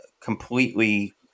completely